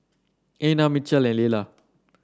Einar Mitchel Lella